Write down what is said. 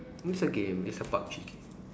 once again it's about checking